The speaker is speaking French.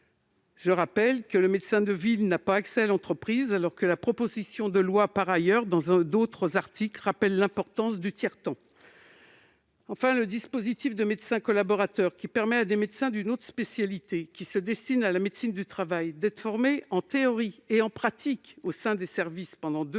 Je rappelle que le médecin de ville n'a pas accès à l'entreprise, alors que la proposition de loi rappelle par ailleurs dans d'autres articles l'importance du tiers-temps. Enfin, le système de « médecin collaborateur », qui permet à des médecins d'une autre spécialité qui se destinent à la médecine du travail d'être formés en théorie et en pratique au sein des services pendant deux ans,